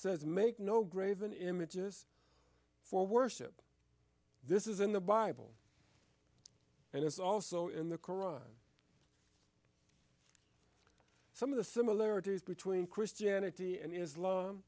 says make no graven images for worship this is in the bible and it's also in the koran some of the similarities between christianity and islam